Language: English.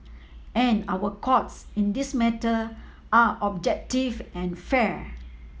and our Courts in this matter are objective and fair